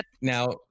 now